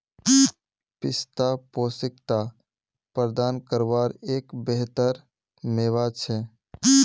पिस्ता पौष्टिकता प्रदान कारवार एक बेहतर मेवा छे